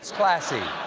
classy.